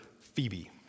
Phoebe